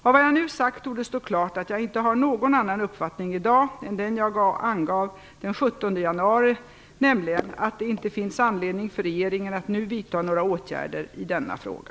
Av vad jag nu sagt torde stå klart att jag inte har någon annan uppfattning i dag än den jag angav den 17 januari, nämligen att det inte finns anledning för regeringen att nu vidta några åtgärder i denna fråga.